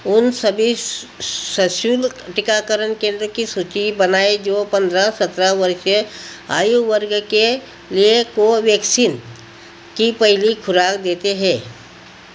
उन सभी शु शु सशुल्क टीकाकरण केंद्रों की सूची बनाएँ जो पंद्रह सत्रह वर्षीय आयु वर्ग के लिए कोवैक्सीन की पहली खुराक देते हैं